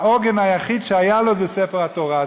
העוגן היחיד שהיה לו זה ספר התורה.